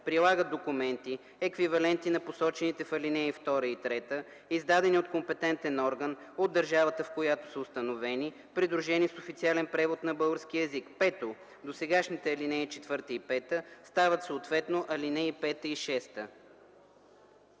прилагат документи, еквивалентни на посочените в ал. 2 и 3, издадени от компетентен орган от държавата, в която са установени, придружени с официален превод на български език.” 5. Досегашните ал. 4 и 5 стават съответно ал. 5 и 6.”